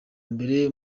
mbere